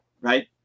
Right